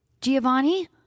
Giovanni